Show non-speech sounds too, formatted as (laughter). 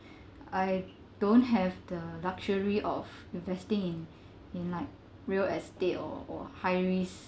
I don't have the luxury of investing in (breath) in like real estate or or high risk